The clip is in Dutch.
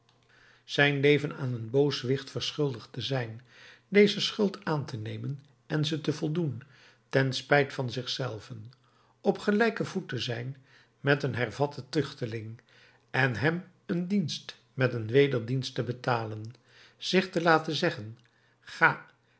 zijn leven aan een booswicht verschuldigd te zijn deze schuld aan te nemen en ze te voldoen ten spijt van zich zelven op gelijken voet te zijn met een hervatten tuchteling en hem een dienst met een wederdienst te betalen zich te laten zeggen ga